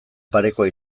parekoa